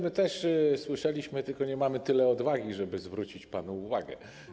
My też słyszeliśmy, tylko nie mamy tyle odwagi, żeby zwrócić panu uwagę.